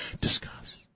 Discuss